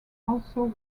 also